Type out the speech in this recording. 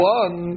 one